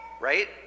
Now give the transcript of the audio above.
right